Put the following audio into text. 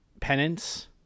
penance